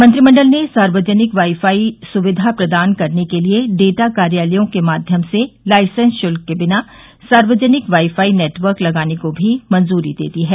मंत्रिमंडल ने सार्वजनिक वाई फाई सुविधा प्रदान करने के लिए डेटा कार्यालयों के माध्यम से लाइसेंस शुल्क के बिना सार्वजनिक वाई फाई नेटवर्क लगाने को भी मंजूरी दे दी है